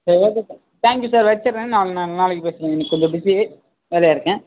சரி okay sir thank you sir வச்சிடுறேன் நான் நான் நாளைக்கு பேசுகிறேன் இன்றைக்கு கொஞ்சம் பிஸி வேலையாக இருக்கேன்